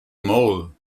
mole